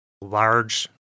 large